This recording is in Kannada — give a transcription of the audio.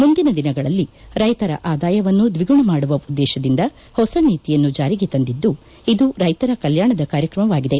ಮುಂದಿನ ದಿನಗಳಲ್ಲಿ ರೈತರ ಆದಾಯವನ್ತು ದ್ಯಿಗುಣ ಮಾಡುವ ಉದ್ದೇಶದಿಂದ ಹೊಸ ನೀತಿಯನ್ತು ಜಾರಿಗೆ ತಂದಿದ್ದು ಇದು ರೈತರ ಕಲ್ನಾಣದ ಕಾರ್ಯಕ್ರಮವಾಗಿದೆ